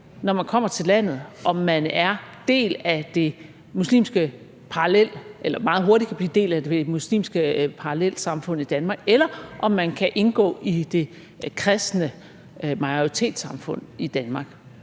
eller meget hurtigt kan blive en del af det muslimske parallelsamfund i Danmark, eller om man kan indgå i det kristne majoritetssamfund i Danmark,